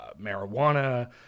marijuana